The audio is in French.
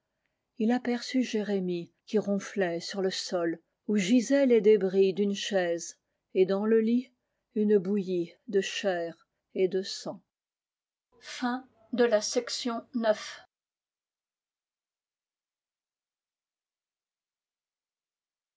il aperçut jérémie qui ronflait sur le sol où gisaient les débris d'une chaise et dans le lit une bouillie de chair et de sang